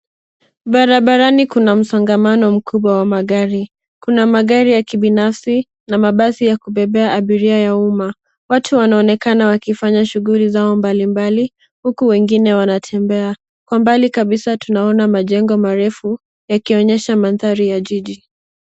Barabarani kuna msongamano mkubwa wa magari. Kuna magari ya kibinafsi na mabasi ya kubebea abiria ya umma. Watu wanaonekana wakifanya shughuli zao mbalimbali, huku wengine wanatembea. Kwa mbali kabisa tunaona majengo marefu, yakionyesha mandhari ya jiji.